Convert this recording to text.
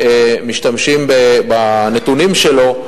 שמשתמשים בנתונים שלה,